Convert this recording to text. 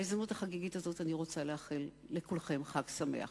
בהזדמנות החגיגית הזאת אני רוצה לאחל לכולכם חג שמח.